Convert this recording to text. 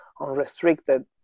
unrestricted